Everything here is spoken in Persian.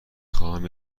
خواهم